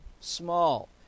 small